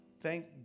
Thank